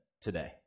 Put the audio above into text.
today